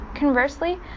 Conversely